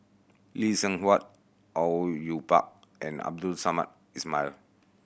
Lee Seng Huat Au Yue Pak and Abdul Samad Ismail